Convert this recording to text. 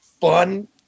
fun